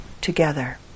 together